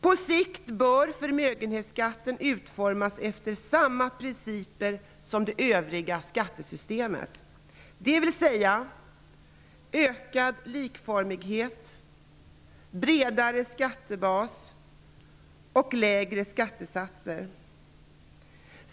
På sikt bör förmögenhetsskatten utformas efter samma principer som det övriga skattesystemet, dvs. ökad likformighet, bredare skattebas och lägre skattesatser.